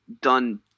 done